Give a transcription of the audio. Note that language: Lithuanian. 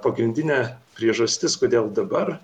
pagrindinė priežastis kodėl dabar